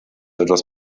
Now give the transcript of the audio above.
etwas